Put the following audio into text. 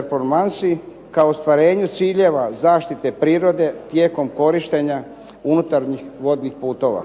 performansi ka ostvarenju ciljeva zaštite prirode tijekom korištenja unutarnjih vodnih puteva.